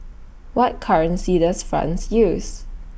What currency Does France use